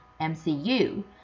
MCU